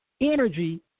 energy